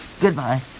Goodbye